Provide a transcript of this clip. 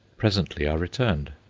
presently i returned.